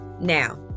Now